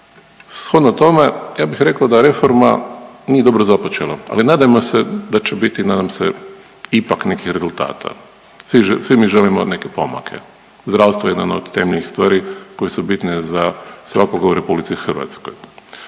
Shodno tome ja bih rekao da reforma nije dobro započela, ali nadajmo se da će biti nadam se ipak nekih rezultata. Svi mi želimo neke pomake. Zdravstvo je jedan od temeljnih stvari koje su bitne za svakoga u RH.